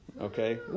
okay